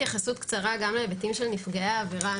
התייחסות ממש קצרה גם להיבטים של נפגעי העבירה.